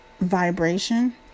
vibration